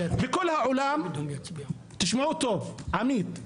בכל העולם תשמעו טוב עמית,